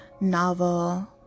Novel